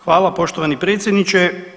Hvala poštovani predsjedniče.